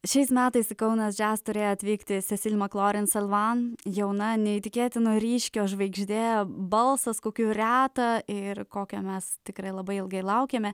šiais metais į kaunas jazz turėjo atvykti sesil maklorin selvan jauna neįtikėtino ryškio žvaigždė balsas kokių reta ir kokio mes tikrai labai ilgai laukėme